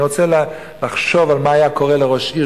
אני רוצה לחשוב על מה היה קורה לראש עיר